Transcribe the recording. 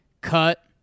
cut